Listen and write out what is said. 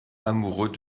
amoureux